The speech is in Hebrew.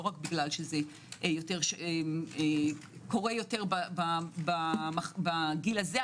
לא רק כי זה קורה יותר בגיל הזה.